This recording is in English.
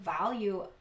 value